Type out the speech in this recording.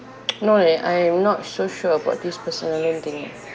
no leh I'm not so sure about this personal loan thing eh